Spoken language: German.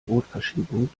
rotverschiebung